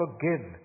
forgive